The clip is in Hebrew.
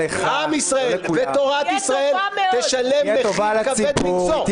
עם ישראל ותורת ישראל ישלמו מחיר כבד מנשוא.